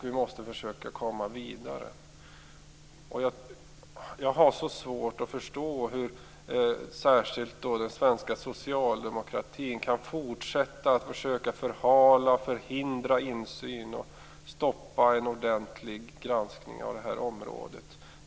Vi måste försöka komma vidare. Jag har så svårt att förstå hur särskilt den svenska socialdemokratin kan fortsätta att förhala och förhindra insyn och stoppa en ordentlig granskning av detta område.